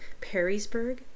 Perrysburg